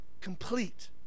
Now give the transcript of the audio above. Complete